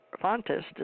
Fontes